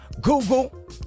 Google